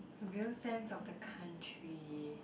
real sense of the country